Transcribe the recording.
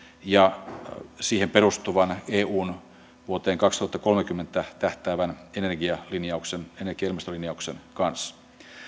ja siihen perustuvan eun vuoteen kaksituhattakolmekymmentä tähtäävän energia ja ilmastolinjauksen kanssa